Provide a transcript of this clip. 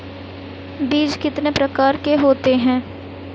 बीज कितने प्रकार के होते हैं?